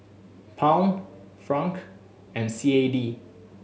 Pound Franc and C A D